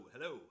hello